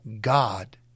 god